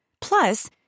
Plus